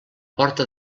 porta